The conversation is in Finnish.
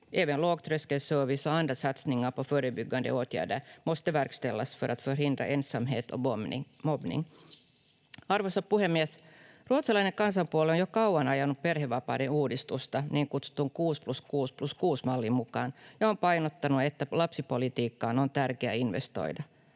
Även lågtröskelservice och andra satsningar på förebyggande åtgärder måste verkställas för att förhindra ensamhet och mobbning. Arvoisa puhemies! Ruotsalainen kansanpuolue on jo kauan ajanut perhevapaiden uudistusta niin kutsutun 6+6+6-mallin mukaan ja painottanut, että lapsipolitiikkaan on tärkeää investoida.